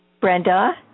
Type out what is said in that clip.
Brenda